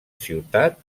ciutat